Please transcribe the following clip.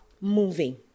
moving